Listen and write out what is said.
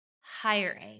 hiring